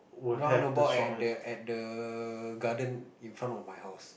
round about at the at the garden in front of my house